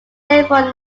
several